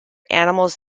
animals